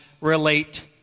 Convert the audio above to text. relate